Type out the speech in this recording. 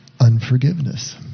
Unforgiveness